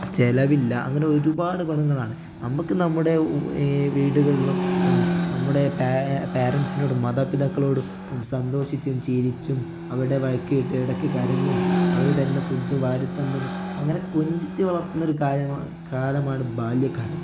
ചിലവില്ല അങ്ങനെ ഒരുപാട് ഗുണങ്ങളാണ് നമ്മൾക്ക് നമ്മുടെ വീടുകളിലും നമ്മുടെ പാരന്റ്സിനോടും മാതാപിതാക്കളോടും സന്തോഷിച്ചും ചിരിച്ചും അവരുടെ വഴക്ക് കേട്ട് ഇടയ്ക്ക് കരഞ്ഞും അവർ തരുന്ന ഫുഡ് വാരിത്തന്നും അങ്ങനെ കൊഞ്ചിച്ച് വളർത്തുന്ന ഒരു കാലമാണ് കാലമാണ് ബാല്യകാലം